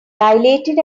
dilated